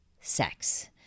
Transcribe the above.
sex